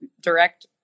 direct